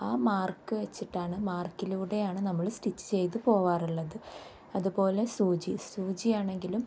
ആ മാർക്ക് വെച്ചിട്ടാണ് മാർക്കിലൂടെയാണ് നമ്മൾ സ്റ്റിച്ച് ചെയ്ത് പോവാറുള്ളത് അതുപോലെ സൂചി സൂചിയാണെങ്കിലും